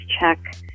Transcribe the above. check